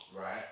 right